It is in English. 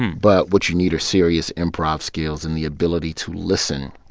but what you need are serious improv skills and the ability to listen